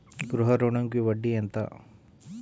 గృహ ఋణంకి వడ్డీ ఎంత?